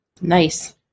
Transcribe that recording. Nice